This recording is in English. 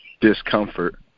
discomfort